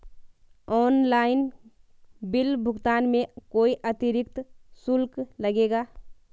Online bill भुगतान में कोई अतिरिक्त शुल्क लगेगा?